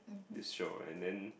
this show and then